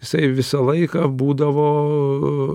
jisai visą laiką būdavo